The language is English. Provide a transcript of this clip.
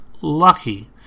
lucky